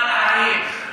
אתה יכול להאריך את הזמנים?